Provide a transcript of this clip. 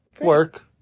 Work